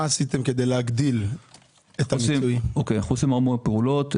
אתה לא יכול לדבר מילה אחת בלי שיצבעו אותך